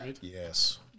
Yes